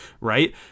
right